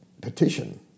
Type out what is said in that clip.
petition